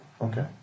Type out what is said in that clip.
Okay